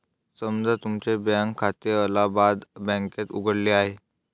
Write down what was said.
समजा तुमचे बँक खाते अलाहाबाद बँकेत उघडले आहे